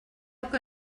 que